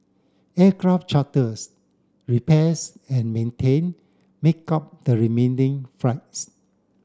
aircraft charters repairs and maintain make up the remaining flights